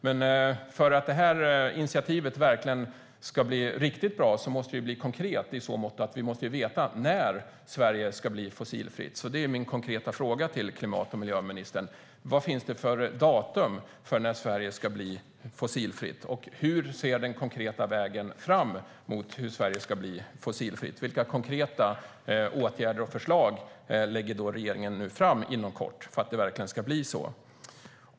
Men för att det här initiativet ska bli riktigt bra måste det bli konkret i så måtto att vi vet när Sverige ska bli fossilfritt. Mina konkreta frågor till klimat och miljöministern är: Vad finns det för datum för när Sverige ska bli fossilfritt? Hur ser den konkreta vägen ut för hur Sverige ska bli fossilfritt? Vilka konkreta åtgärdsförslag lägger regeringen fram inom kort för att det verkligen ska bli så?